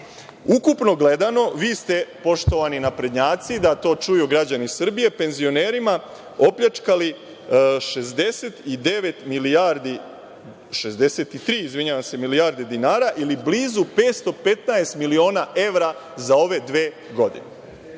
Ukupno gledano, vi ste poštovani naprednjaci, da to čuju građani Srbije, penzionerima opljačkali 69, 63 milijarde, izvinjavam se, ili blizu 515 miliona evra za ove dve godine.